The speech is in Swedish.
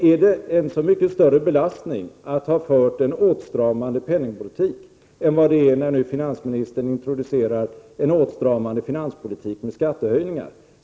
Är det en så mycket större belastning att ha fört en åtstramande penningpolitik än det är när nu finansministern introducerar en åtstramande finanspolitik med skattehöjningar?